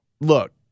Look